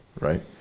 right